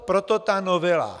Proto ta novela.